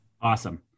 Awesome